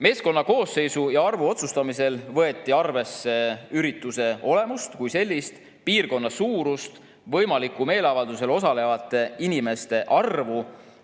Meeskonna koosseisu ja suuruse üle otsustamisel võeti arvesse ürituse olemust kui sellist, piirkonna suurust, võimalikku meeleavaldusel osalevate inimeste arvu,